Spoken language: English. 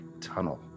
tunnel